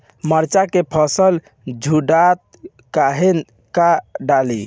मिरचा के फुलवा झड़ता काहे का डाली?